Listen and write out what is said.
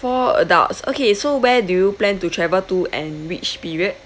four adults okay so where do you plan to travel to and which period